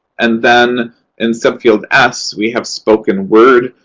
and then in subfield s, we have spoken word,